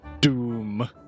doom